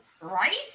Right